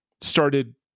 started